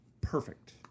Perfect